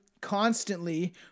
constantly